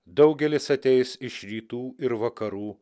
daugelis ateis iš rytų ir vakarų